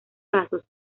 casos